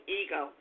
ego